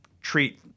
treat